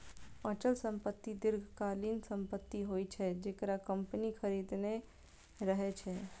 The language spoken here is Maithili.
अचल संपत्ति दीर्घकालीन संपत्ति होइ छै, जेकरा कंपनी खरीदने रहै छै